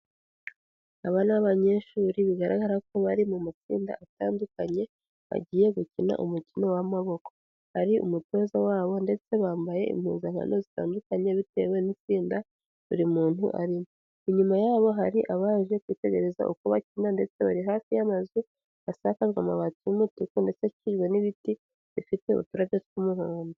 Aba ni abanyeshuri bigaragara ko bari mu matsinda atandukanye, bagiye gukina umukino w'amaboko. Hari umutoza wabo ndetse bambaye impuzankano zitandukanye bitewe n'itsinda buri muntu arimo. Inyuma yabo hari abaje kwitegereza uko bakina ndetse bari hafi y'amazu asakajwe amabati y'umutuku ndetse akikijwe n'ibiti bifite uturabyo tw'umuhondo.